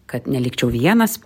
kad nelikčiau vienas